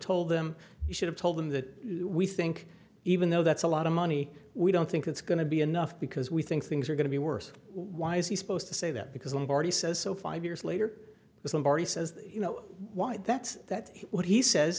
told them he should have told them that we think even though that's a lot of money we don't think it's going to be enough because we think things are going to be worse why is he supposed to say that because one party says so five years later somebody says you know why that's that what he says